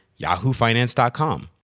yahoofinance.com